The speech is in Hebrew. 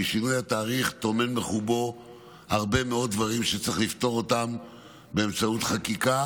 כי שינוי התאריך טומן בחובו הרבה מאוד דברים שצריך לפתור באמצעות חקיקה,